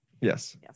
yes